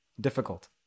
difficult